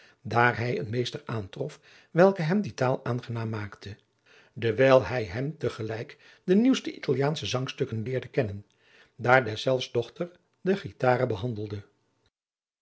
daar hij een meester aantrof welke hem die taal aangenaam maakte dewijl hij hem te gelijk de nieuwste italiaansche zangstukken leerde kennen daar deszelfs dochter de guitarre behandelde